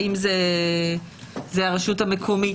האם זה הרשות המקומית.